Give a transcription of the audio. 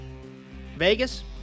Vegas